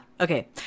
Okay